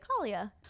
Kalia